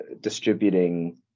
distributing